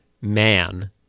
man